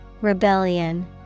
Rebellion